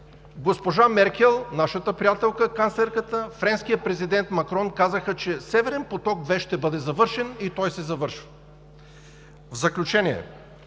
госпожа Меркел – нашата приятелка, канцлерката, и френският президент Макрон казаха, че Северен поток 2 ще бъде завършен и той се завършва. В заключение,